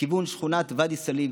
לכיוון שכונת ואדי סאליב.